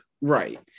right